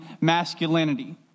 masculinity